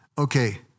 Okay